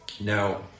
now